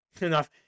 Enough